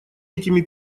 этими